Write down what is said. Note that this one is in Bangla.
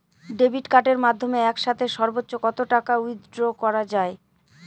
ডেবিট কার্ডের মাধ্যমে একসাথে সর্ব্বোচ্চ কত টাকা উইথড্র করা য়ায়?